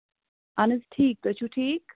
اَہن حظ ٹھیٖک تُہۍ چھِو ٹھیٖک